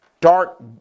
dark